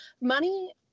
Money